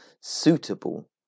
suitable